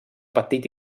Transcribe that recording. petit